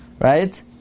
Right